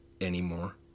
anymore